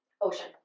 ocean